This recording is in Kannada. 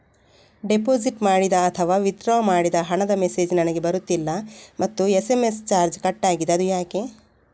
ಡೆಪೋಸಿಟ್ ಮಾಡಿದ ಅಥವಾ ವಿಥ್ಡ್ರಾ ಮಾಡಿದ ಹಣದ ಮೆಸೇಜ್ ನನಗೆ ಬರುತ್ತಿಲ್ಲ ಮತ್ತು ಎಸ್.ಎಂ.ಎಸ್ ಚಾರ್ಜ್ ಕಟ್ಟಾಗಿದೆ ಅದು ಯಾಕೆ?